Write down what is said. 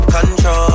Control